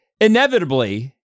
Inevitably